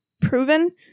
proven